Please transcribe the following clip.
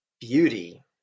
Beauty